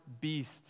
beast